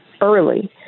early